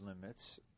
limits